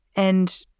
and